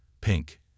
pink